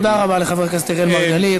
תודה רבה לחבר הכנסת אראל מרגלית.